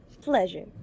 pleasure